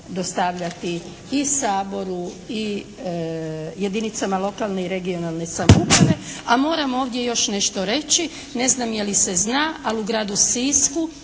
dostavljati i Saboru i jedinicama lokalne i regionalne samouprave. A moram ovdje još nešto reći. Ne znam je li se zna ali u gradu Sisku